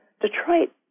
Detroit